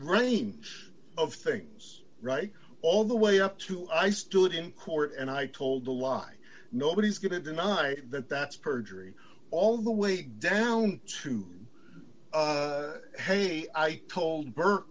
range of things right all the way up to i stood in court and i told a lie nobody's going to deny that that's perjury all the way down to say i told